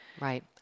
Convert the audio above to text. Right